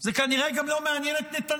זה כנראה גם לא מעניין את נתניהו,